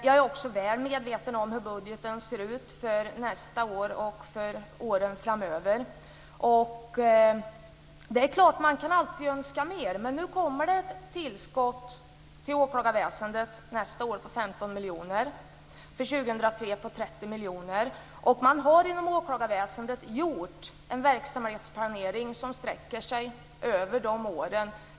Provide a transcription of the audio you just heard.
Jag är också väl medveten om hur budgeten ser ut för nästa år och för åren framöver. Det är klart att man alltid kan önska mer. Nu kommer det ett tillskott till åklagarväsendet nästa år på 15 miljoner, för 2003 på 30 miljoner. Man har inom åklagarväsendet gjort en verksamhetsplanering som sträcker sig över de åren.